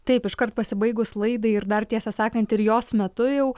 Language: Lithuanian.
taip iškart pasibaigus laidai ir dar tiesą sakant ir jos metu jau